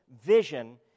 vision